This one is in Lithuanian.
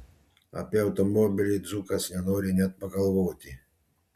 apie automobilį dzūkas nenori net pagalvoti